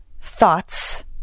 thoughts